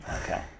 Okay